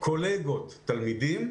קולגות תלמידים,